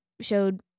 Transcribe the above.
showed